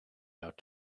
out